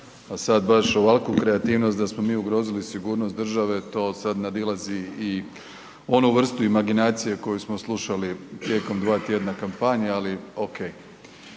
a sad baš ovakvu kreativnost da smo mi ugrozili sigurnost države, to sad nadilazi i onu vrstu imaginacije koju smo slušali tijekom 2 tjedna kampanje, ali okej.